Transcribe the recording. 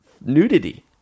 nudity